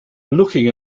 looking